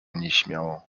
nieśmiało